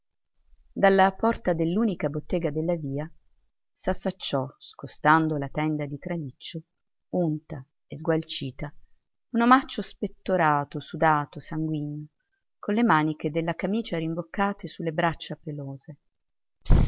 dalla porta dell'unica bottega della via s'affacciò scostando la tenda di traliccio unta e sgualcita un omaccio spettorato sudato sanguigno con le maniche della camicia rimboccate su le braccia pelose